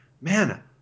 man